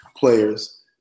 players